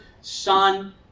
Son